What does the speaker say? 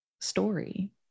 story